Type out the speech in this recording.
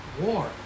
war